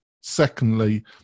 secondly